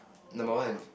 number one